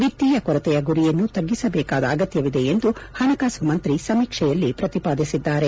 ವಿತ್ತಿಯ ಕೊರತೆಯ ಗುರಿಯನ್ನು ತಗ್ಗಿಸಬೇಕಾದ ಅಗತ್ಯವಿದೆ ಎಂದು ಹಣಕಾಸು ಮಂತ್ರಿ ಸಮೀಕ್ಷೆಯಲ್ಲಿ ಪ್ರತಿಪಾದಿಸಿದ್ದಾರೆ